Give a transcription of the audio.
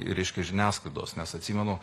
reiškia žiniasklaidos nes atsimenu